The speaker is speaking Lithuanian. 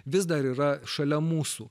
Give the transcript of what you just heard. vis dar yra šalia mūsų